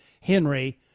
Henry